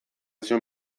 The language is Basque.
zion